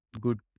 good